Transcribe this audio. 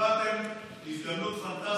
קיבלתם הזדמנות פנטסטית,